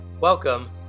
Welcome